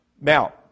Now